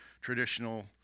traditional